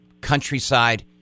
countryside